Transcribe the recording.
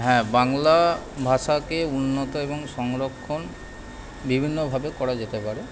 হ্যাঁ বাংলা ভাষাকে উন্নত এবং সংরক্ষণ বিভিন্নভাবে করা যেতে পারে